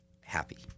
happy